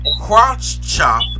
crotch-chop